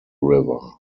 river